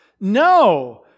No